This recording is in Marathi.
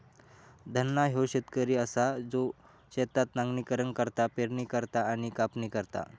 धन्ना ह्यो शेतकरी असा जो शेतात नांगरणी करता, पेरणी करता आणि कापणी करता